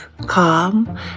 calm